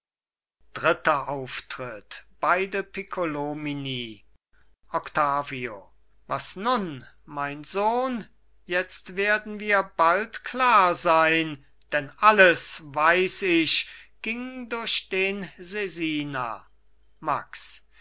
dritter auftritt beide piccolomini octavio was nun mein sohn jetzt werden wir bald klar sein denn alles weiß ich ging durch den sesina max